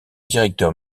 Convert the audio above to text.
directeur